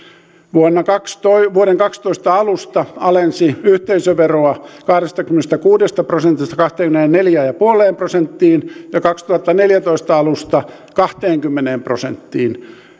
vuoden kaksituhattakaksitoista alusta alensi yhteisöveroa kahdestakymmenestäkuudesta prosentista kahteenkymmeneenneljään pilkku viiteen prosenttiin ja kaksituhattaneljätoista alusta kahteenkymmeneen prosenttiin